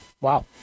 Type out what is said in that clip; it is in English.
wow